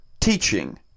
teaching